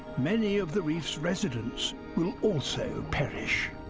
many of the reef's residents will also perish.